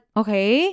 okay